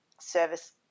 service